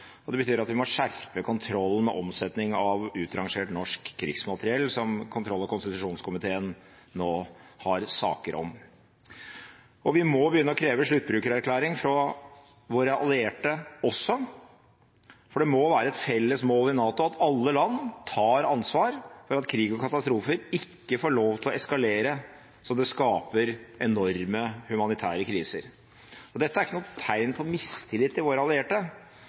og det betyr at vi må skjerpe kontrollen med omsetning av utrangert norsk krigsmateriell, som kontroll- og konstitusjonskomiteen nå har saker om. Og vi må begynne å kreve sluttbrukererklæring fra våre allierte også, for det må være et felles mål i NATO at alle land tar ansvar for at krig og katastrofer ikke får lov til å eskalere sånn at det skaper enorme humanitære kriser. Dette er ikke noe tegn på mistillit til våre allierte,